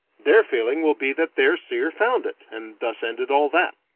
their feeling will be that their seer found it, and thus ended all that.